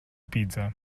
pizza